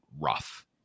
rough